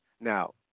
Now